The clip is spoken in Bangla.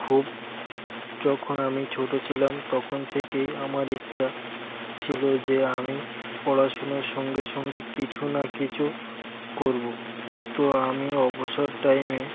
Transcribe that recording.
খুব যখন আমি ছোট ছিলাম তখন থেকেই আমার ইচ্ছা ছিল যে আমি পড়াশোনার সঙ্গে সঙ্গে কিছু না কিছু করব তো আমি অবসর টাইমে